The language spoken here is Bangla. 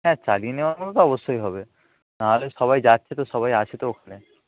হ্যাঁ চালিয়ে নেওয়ার মতো তো অবশ্যই হবে নাহলে সবাই যাচ্ছে তো সবাই আছে তো ওখানে